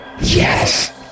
Yes